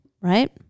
Right